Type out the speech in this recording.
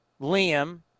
Liam